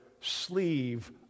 sleeve